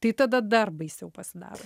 tai tada dar baisiau pasidaro